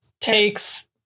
takes